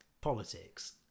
politics